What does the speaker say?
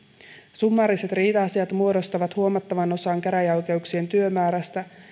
summaariset riita asiat muodostavat huomattavan osan käräjäoikeuksien työmäärästä